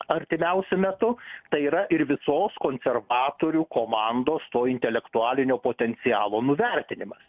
artimiausiu metu tai yra ir visos konservatorių komandos to intelektualinio potencialo nuvertinimas